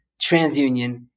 TransUnion